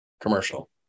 commercial